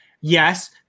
Yes